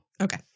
Okay